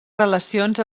relacions